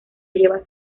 lleva